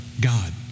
God